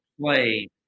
play